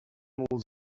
handles